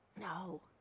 No